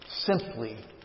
simply